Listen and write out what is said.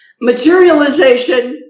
Materialization